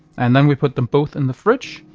and then we put them both in the fridge,